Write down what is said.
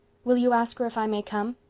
will you ask her if i may come?